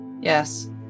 Yes